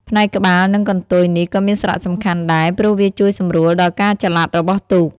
ផ្នែកក្បាលនិងកន្ទុយនេះក៏មានសារៈសំខាន់ដែរ ព្រោះវាជួយសម្រួលដល់ការចល័តរបស់ទូក។